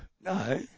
No